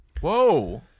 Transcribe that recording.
Whoa